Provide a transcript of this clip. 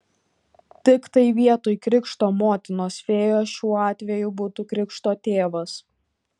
tiktai vietoj krikšto motinos fėjos šiuo atveju būtų krikšto tėvas